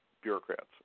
bureaucrats